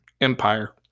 Empire